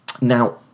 Now